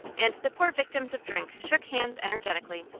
and the poor victims of drink shook hands energetically.